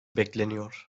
bekleniyor